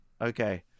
okay